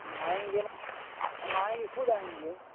हम आएँगे हम आएँगे खुद आएँगे